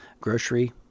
grocery